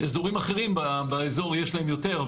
אזורים אחרים באזור יש להם יותר,